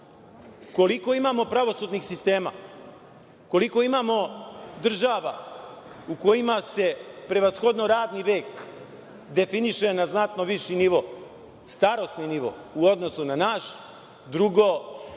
koliko imamo pravosudnih sistema, koliko imamo država u kojima se prevashodno radni vek definiše na znatno viši nivo, starosni nivo u odnosu na naš. Drugo,